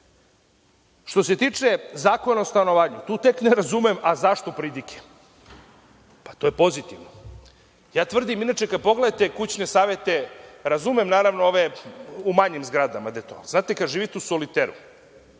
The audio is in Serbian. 1Što se tiče zakona o stanovanju, tu tek ne razumem – a zašto pridike. Pa to je pozitivno. Ja tvrdim inače kad pogledate kućne savete, razumem naravno ove u manjim zgradama. Znate, kad živite u soliteru